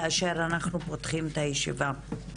כאשר אנחנו פותחים את הישיבה.